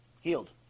Healed